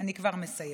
אני כבר מסיימת.